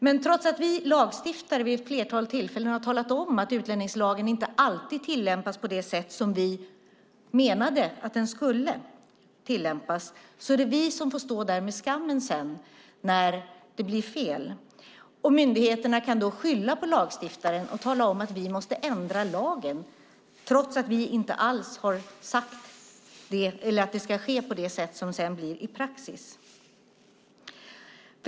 Men trots att vi lagstiftare vid ett flertal tillfällen har talat om att utlänningslagen inte alltid tillämpas på det sätt som vi menade att den skulle är det vi som får stå där med skammen när det blir fel. Myndigheterna kan då skylla på lagstiftaren och tala om att vi måste ändra lagen, trots att vi inte alls har sagt att det ska ske på det sätt som sedan blir praxis.